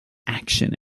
action